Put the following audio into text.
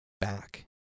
back